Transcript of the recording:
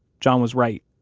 john was right,